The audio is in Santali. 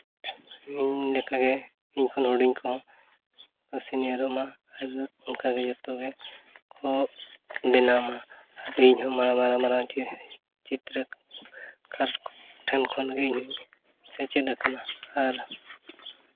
ᱤᱧ ᱞᱮᱠᱟᱜᱮ ᱤᱧ ᱠᱷᱚᱱ ᱦᱩᱰᱤᱧ ᱠᱚᱦᱚᱸ ᱥᱤᱱᱤᱭᱟᱨᱚᱜ ᱢᱟ ᱚᱱᱠᱟᱜᱮ ᱡᱚᱛᱚᱜᱮ ᱠᱚ ᱵᱮᱱᱟᱣ ᱢᱟ ᱟᱨ ᱤᱧᱦᱚᱸ ᱢᱟᱨᱟᱝ ᱢᱟᱨᱟᱝ ᱪᱮ ᱪᱤᱛᱨᱟᱹ ᱠᱟᱨ ᱠᱚ ᱴᱷᱮᱱ ᱠᱷᱚᱱᱜᱮ ᱤᱧ ᱦᱚᱸᱧ ᱥᱮᱪᱮᱫ ᱟᱠᱟᱱᱟ ᱟᱨ